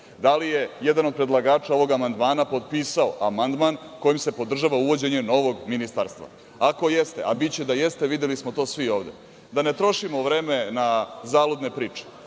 Da li je jedan od predlagača ovog amandmana potpisao amandman kojim se podržava uvođenje novog ministarstva? Ako jeste, a biće da jeste, videli smo to svi ovde. Da ne trošimo vreme na zaludne priče.